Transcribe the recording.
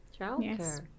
Childcare